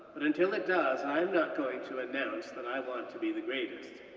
but until it does, i'm not going to announce that i want to be the greatest.